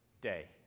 day